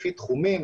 לפי תחומים,